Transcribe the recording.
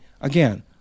again